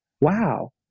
Wow